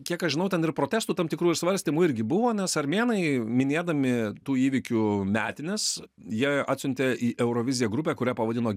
kiek aš žinau ten ir protestų tam tikrų ir svarstymų irgi buvo nes armėnai minėdami tų įvykių metines jie atsiuntė į euroviziją grupę kurią pavadino